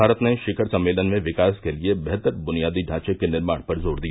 भारत ने शिखर सम्मेलन में विकास के लिए बेहतर बुनियादी ढांचे के निर्माण पर जोर दिया